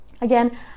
again